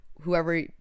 whoever